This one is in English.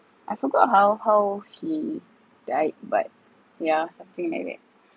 I forgot how how she died but yeah something like that